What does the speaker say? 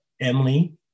Emily